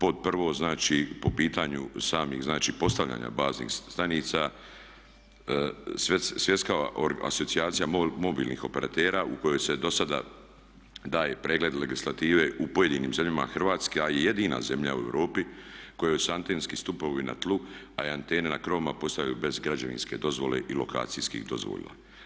Pod prvo znači po pitanju samih znači postavljanja baznih stanica Svjetska asocijacija mobilnih operatera u kojoj se dosada daje pregled legislative u pojedinim zemljama Hrvatska je jedina zemlja u Europi kojoj su antenski stupovi na tlu, a i antene na krovovima postavljaju se bez građevinske dozvole i lokacijskih dozvola.